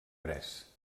pres